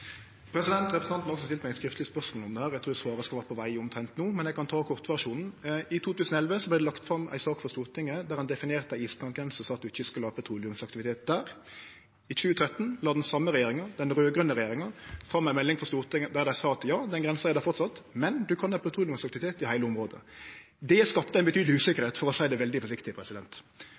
Representanten har også stilt meg eit skriftleg spørsmål om dette. Eg trur svaret skal vere på veg omtrent no, men eg kan ta kortversjonen: I 2011 vart det lagt fram ei sak for Stortinget der ein definerte ei iskantgrense og sa at ein ikkje skulle ha petroleumsaktivitet der. I 2013 la den same regjeringa, den raud-grøne regjeringa, fram ei melding for Stortinget der dei sa at ja, den grensa er der framleis, men ein kan ha petroleumsaktivitet i heile området. Det skapte ei betydeleg usikkerheit, for å seie det veldig forsiktig.